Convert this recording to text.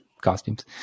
costumes